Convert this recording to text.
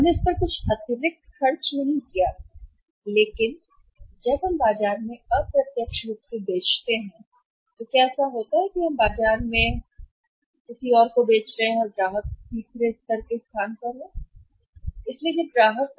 हमने उस पर कुछ अतिरिक्त खर्च नहीं किया लेकिन जब हम बाजार में अप्रत्यक्ष रूप से बेचते हैं तो क्या ऐसा होता है कि हम बाजार में किसी और को बेच रहे हैं और ग्राहक तीसरे स्थान पर है स्तर